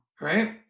right